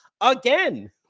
again